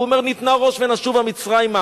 הוא אומר: "נתנה ראש ונשובה מצרימה".